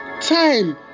time